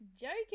Joking